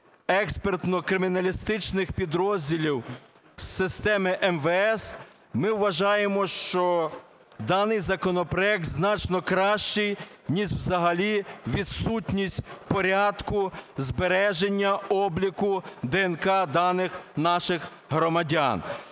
експертно-криміналістичних підрозділів системи МВС, ми вважаємо, що даний законопроект значно кращий, ніж взагалі відсутність порядку збереження обліку ДНК-даних наших громадян.